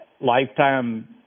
lifetime